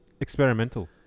Experimental